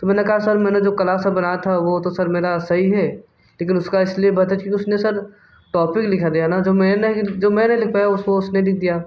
तो मैंने कहा सर मैंने जो कला सब बनाया था वो तो सर मेरा सही है लेकिन उसका इस लिए बेहतर थी कि उसने सर टॉपिक लिख दिया जो मैंने जो मैं नहीं लिख पाया वो उसने लिख दिया